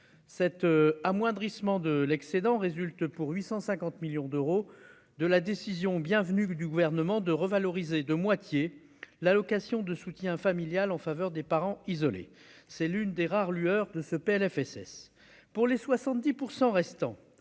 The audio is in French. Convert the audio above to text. cet amoindrissement de l'excédent résulte pour 850 millions d'euros de la décision bienvenue du gouvernement de revaloriser de moitié l'allocation de soutien familial en faveur des parents isolés, c'est l'une des rares lueurs de ce Plfss pour les 70 % restants